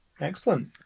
Excellent